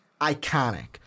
iconic